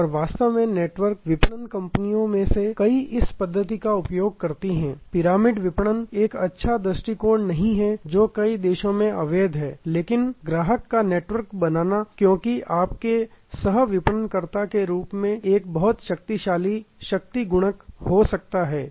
और वास्तव में नेटवर्क विपणन कंपनियों में से कई इस पद्धति का उपयोग करती हैं पिरामिड विपणन एक अच्छा दृष्टिकोण नहीं है जो कई देशों में अवैध है लेकिन ग्राहकों का नेटवर्क बनाना क्योंकि आपके सह विपणनकर्ता के रूप में एक बहुत शक्तिशाली शक्तिगुणक हो सकते हैं